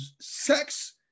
sex